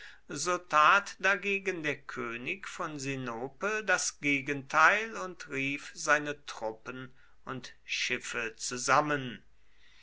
so tat dagegen der könig von sinope das gegenteil und rief seine truppen und schiffe zusammen